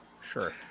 Sure